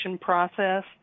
process